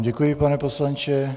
Děkuji vám, pane poslanče.